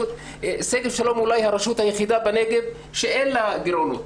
שגב שלום היא אולי הרשות היחידה בנגב שאין לה גירעונות.